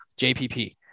JPP